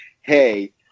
hey